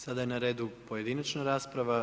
Sada je na redu pojedinačna rasprava.